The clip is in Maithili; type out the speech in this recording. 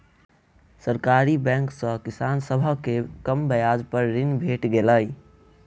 सरकारी बैंक सॅ किसान सभ के कम ब्याज पर ऋण भेट गेलै